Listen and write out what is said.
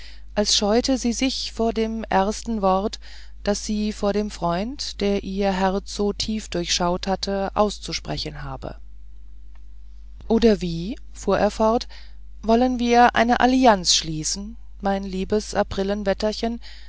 als scheute sie sich vor dem ersten wort das sie vor dem freund der ihr herz so tief durchschaut hatte auszusprechen habe oder wie fuhr er fort wollen wir eine allianz schließen mein